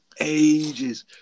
ages